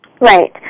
Right